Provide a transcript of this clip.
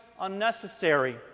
unnecessary